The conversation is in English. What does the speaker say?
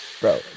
bro